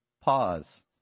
pause